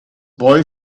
boy